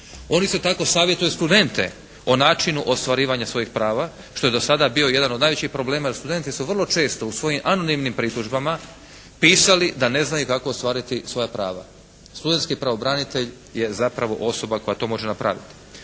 Oni isto tako savjetuju studente o načinu ostvarivanja svojih prava što je do sada bio jedan od najvećih problema. Studenti su vrlo često u svojim anonimnim pritužbama pisali da ne znaju kako ostvariti svoja prava. Studentski pravobranitelj je zapravo osoba koja to može napraviti.